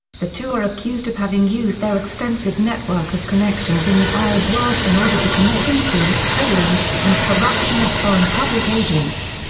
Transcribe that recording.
the two are accused of having used their extensive network of connections in the arab world in order to commit influence peddling and corruption of foreign public agents.